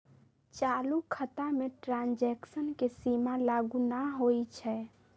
चालू खता में ट्रांजैक्शन के सीमा लागू न होइ छै